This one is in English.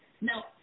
No